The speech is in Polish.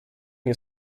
nie